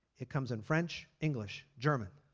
it comes in french, english, german,